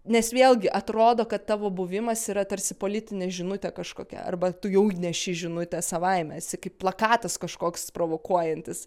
nes vėlgi atrodo kad tavo buvimas yra tarsi politinė žinutė kažkokia arba tu jau neši žinutę savaime esi kaip plakatas kažkoks provokuojantis